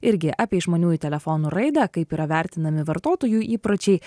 irgi apie išmaniųjų telefonų raidą kaip yra vertinami vartotojų įpročiai